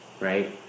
Right